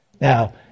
Now